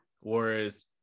Whereas